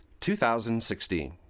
2016